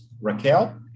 Raquel